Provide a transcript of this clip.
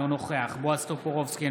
אינו נוכח בועז טופורובסקי,